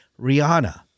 Rihanna